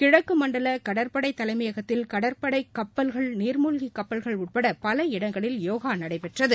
கிழக்குமண்டலகடற்படைதலைமையகத்தில் கடற்படைகப்பல்கள் நிமூழ்கிகப்பல்கள் உட்படபல இடங்களில் யோகாநடைபெற்றது